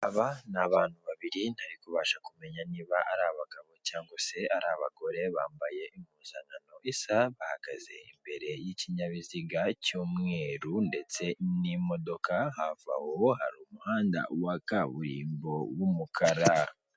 Aba ni abantu babiri ntari kubasha kumenya niba ari abagabo cyangwa se ari abagore bambaye imishanana isa bahagaze imbere y'ikinyabiziga cy'umweru ndetse n'imodoka, hafi aho hari umuhanda wa kaburimbo w'umukara.